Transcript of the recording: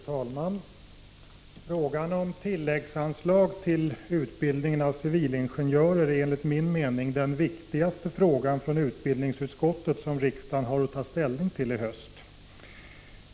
Fru talman! Frågan om tilläggsanslag till utbildningen av civilingenjörer är enligt min mening den viktigaste frågan från utbildningsutskottet som riksdagen har att ta ställning till i höst.